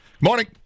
Morning